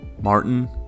Martin